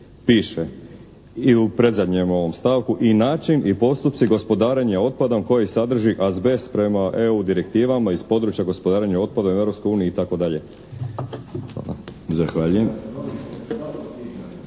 piše i u predzadnjem ovom stavku: "i način i postupci gospodarenja otpadom koji sadrži azbest prema EU direktivama iz područja gospodarenja otpadom u